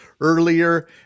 earlier